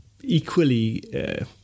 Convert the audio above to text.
equally